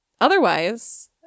Otherwise